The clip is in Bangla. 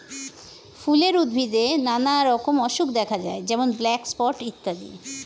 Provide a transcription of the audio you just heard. ফুলের উদ্ভিদে নানা রকম অসুখ দেখা যায় যেমন ব্ল্যাক স্পট ইত্যাদি